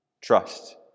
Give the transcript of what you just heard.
Trust